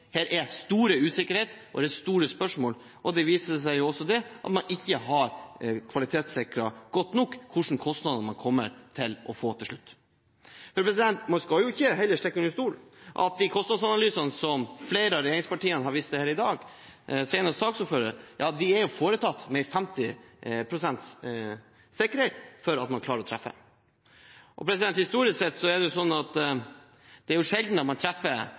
Her er det stor usikkerhet og store spørsmål. Det viser seg også at man ikke har kvalitetssikret godt nok hvilke kostnader man kommer til å få til slutt. Man skal heller ikke stikke under stol at de kostnadsanalysene som flere av regjeringspartiene har vist til her i dag, senest saksordføreren, er foretatt med 50 pst. sikkerhet for at man klarer å treffe. Historisk sett er det sjelden at man treffer på det som omtales som P50. Det skal bli interessant å se hvilke eventuelt dårligere løsninger man